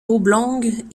oblongue